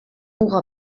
muga